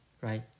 Right